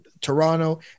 Toronto